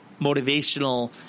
motivational